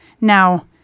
Now